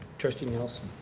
trustee nielsen?